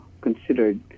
considered